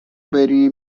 بری